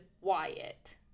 wyatt